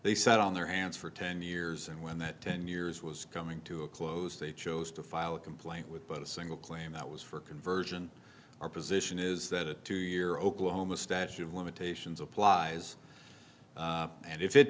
they sat on their hands for ten years and when that ten years was coming to a close they chose to file a complaint with but a single claim that was for conversion our position is that a two year oklahoma statute of limitations applies and if it